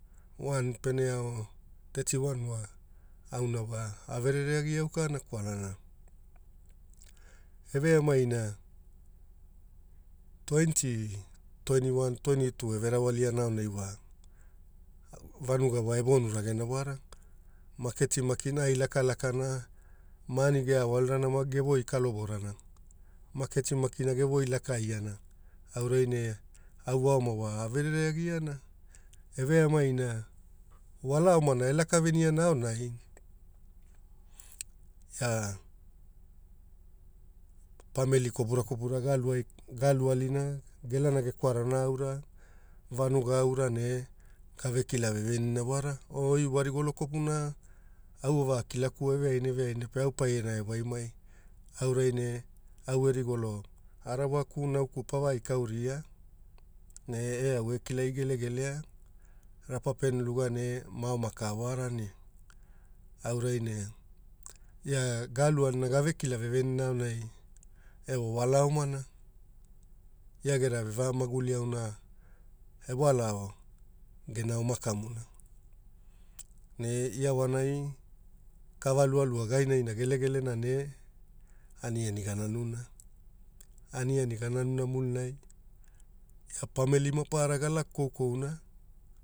Wan pene ao tetiwan wa auna wa averere aukavagiana au kana kwalana eveamaina twenti, twentiwan, twentitu erawaliana aonai wa, vanuga evonuragena wara. Maketi makina ai lakalakana maani gea alirana maki gevoi kalovarana. Maketi maki gevoi lakaiana aurai ne au voma vo averere agiana e veamaina wala omana elakaveniana aonai palai kwapura kwapura galugalu alina gelana gekwarana aura, vanuga aura ne gavakila vevenina wara. Oi warigolo kwapuna au ovakilaku wai evenina, evenina au pana vewaimai aura ne au erigolo arawaku nauku pavaikaura ne e au ekilagi gelegelea. Rapa pene luga ne mamaka wara ne auraine ia galuaona gavekila vevenina aonai e wala omana ia gera vevemauli aura ewalao gene oma kauna ne iawanai kave lualua ainainana gelegelena ne aniani gananuna mulina pamili maparara galaka koukouna.